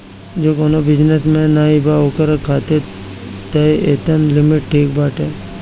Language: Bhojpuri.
जे कवनो बिजनेस में नाइ बा ओकरा खातिर तअ एतना लिमिट ठीक बाटे